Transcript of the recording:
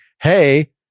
hey